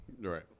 right